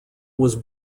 was